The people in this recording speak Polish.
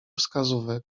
wskazówek